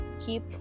keep